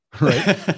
right